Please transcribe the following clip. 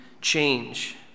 change